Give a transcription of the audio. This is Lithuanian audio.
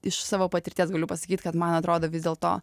iš savo patirties galiu pasakyt kad man atrodo vis dėl to